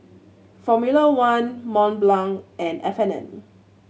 Formula One Mont Blanc and F and N